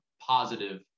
positive